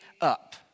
up